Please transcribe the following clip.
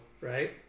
right